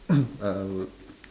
ah I would